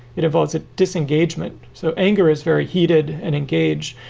it involves a disengagement. so anger is very heated and engage.